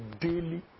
daily